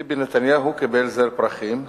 ביבי נתניהו קיבל זר פרחים,